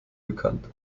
bekannt